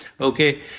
Okay